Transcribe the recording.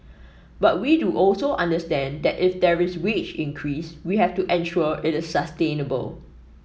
but we do also understand that if there is wage increase we have to ensure it is sustainable